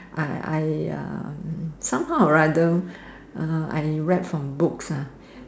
I I uh somehow or rather uh I read from books ah